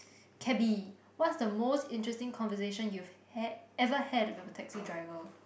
cabby what's the most interesting conversation you've had ever had with the taxi driver